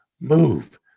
move